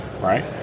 right